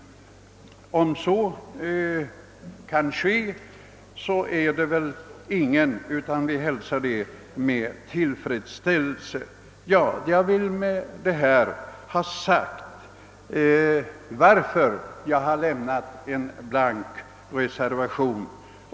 Om den kan förbättras hälsar vi det med tillfredsställelse. Jag har med detta velat motivera varför jag lämnat en blank reservation.